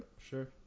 Sure